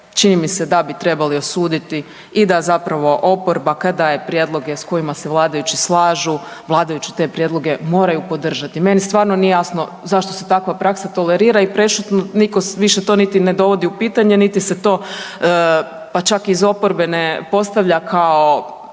čini mi se da bi trebali osuditi i da zapravo oporba kad daje prijedloge sa kojima se vladajući slažu vladajući te prijedloge moraju podržati. Meni stvarno nije jasno zašto se takva praksa tolerira i prešutno nitko više to ni ne dovodi u pitanje, niti se to pa čak iz oporbe ne postavlja kao